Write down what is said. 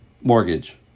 mortgage